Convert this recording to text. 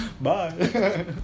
bye